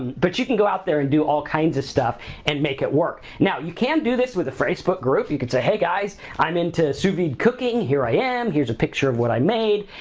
but you can go out there and do all kinds of stuff and make it work, now, you can do this with a facebook group, you can say, hey, guys, i'm into sous vide cooking, here i am, here's a picture of what i made.